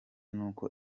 nuko